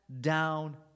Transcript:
down